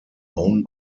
own